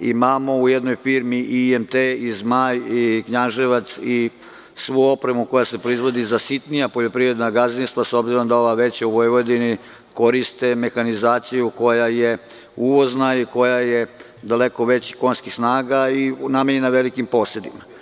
imamo u jednoj firmi i IMT i „Zmaj“ i Knjaževac i svu opremu koja se proizvodi za sitnija poljoprivredna gazdinstva, s obzirom da ova veća u Vojvodini koriste mehanizaciju koja je uvozna i koja je daleko većih konjskih snaga i namenjena velikim posedima.